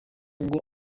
ngo